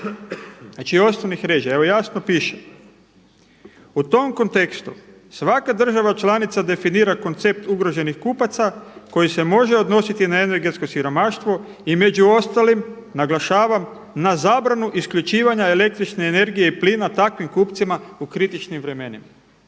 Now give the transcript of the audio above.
Znači osnovnih režija. Evo jasno piše. U tom kontekstu svaka država članica definira koncept ugroženih kupaca koji se može odnositi na energetsko siromaštvo i među ostalim naglašavam na zabranu isključivanja električne energije i plina takvim kupcima u kritičnim vremenima.